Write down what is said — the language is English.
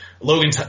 Logan